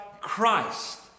Christ